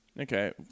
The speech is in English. okay